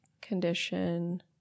condition